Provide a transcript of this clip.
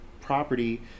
property